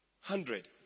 hundred